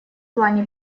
плане